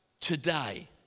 today